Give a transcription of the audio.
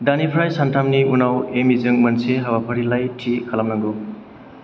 दानिफ्राय सानथामनि उनाव एमिजों मोनसे हाबाफारिलाइ थि खालामनांगौ